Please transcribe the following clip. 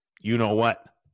you-know-what